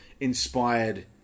inspired